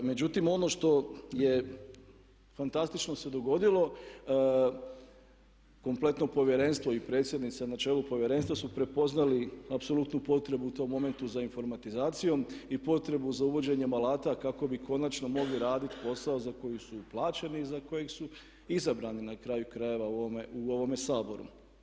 Međutim, ono što je fantastično se dogodilo kompletno povjerenstvo i predsjednica na čelu povjerenstva su prepoznali apsolutnu potrebu u tom momentu za informatizacijom i potrebu za uvođenjem alata kako bi konačno mogli raditi posao za koji su i plaćeni i za koji su izabrani na kraju krajeva u ovome Saboru.